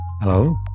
Hello